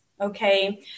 Okay